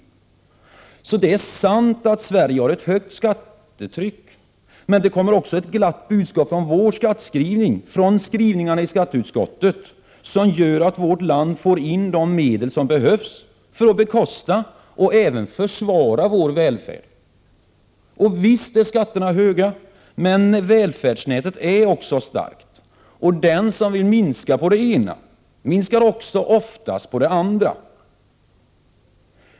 Även om det är sant att Sverige har ett högt skattetryck så kommer det också ett glatt budskap från vår skattskrivning, från skrivningarna i skatteutskottet, som gör att vårt land får in de medel som behövs för att bekosta och även försvara vår välfärd. Visst är skatterna höga, men välfärdsnätet är också starkt. Och den som vill minska på det ena minskar också oftast på det andra.